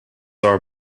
are